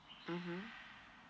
mmhmm